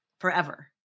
forever